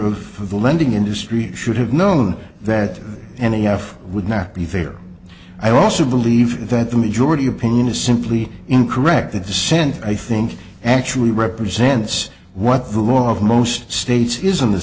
the lending industry should have known that any half would not be fair i also believe that the majority opinion is simply incorrect that the scent i think actually represents what the law of most states is on the